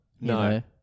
No